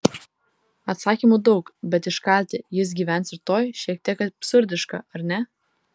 atsakymų daug bet iškalti jis gyvens rytoj šiek tiek absurdiška ar ne